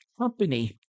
company